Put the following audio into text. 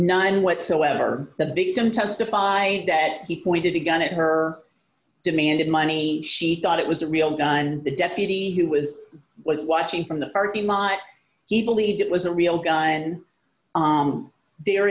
nine whatsoever the victim testified that he pointed a gun at her demanded money she thought it was a real gun the deputy who was watching from the parking lot he believed it was a real gun there